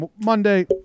Monday